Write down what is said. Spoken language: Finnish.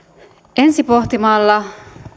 ensipohtimalla